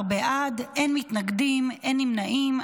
17 בעד, אין מתנגדים, אין נמנעים.